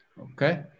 Okay